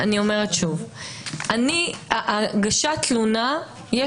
הגשת התלונה,